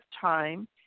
time